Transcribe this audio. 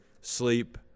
Sleep